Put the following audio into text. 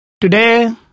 Today